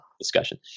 discussion